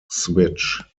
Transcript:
switch